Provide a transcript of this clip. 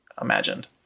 imagined